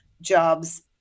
jobs